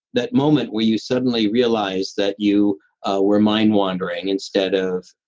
that moment where you suddenly realize that you ah were mind-wandering instead of